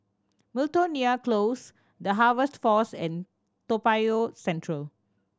Miltonia Close The Harvest Force and Toa Payoh Central